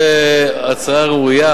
זו הצעה ראויה,